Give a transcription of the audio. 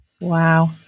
wow